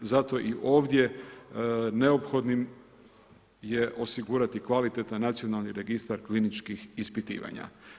Zato i ovdje neophodnim je osigurati kvalitetan nacionalni registar kliničkih ispitivanja.